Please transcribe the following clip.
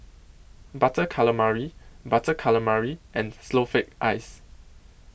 Butter Calamari Butter Calamari and Snowflake Ice